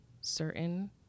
certain